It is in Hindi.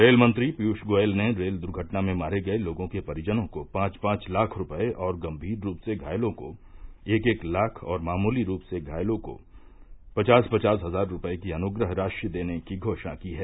रेलमंत्री पियूष गोयल ने रेल दुर्घटना में मारे गये लोगों के परिजनों को पांच पांच लाख रूपये और गंगीर रूप से घायलों को एक एक लाख और मामूली रूप से घायलों को पचास पचास हजार रूपये की अनुप्रह राशि देने की घोषणा की है